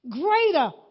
Greater